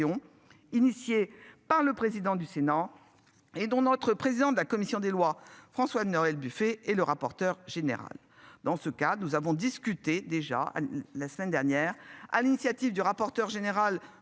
Initiée par le président du Sénat et dont notre président de la commission des Lois François-Noël Buffet et le rapporteur général. Dans ce cas nous avons discuté déjà la semaine dernière à l'initiative du rapporteur général